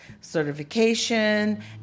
certification